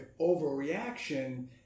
overreaction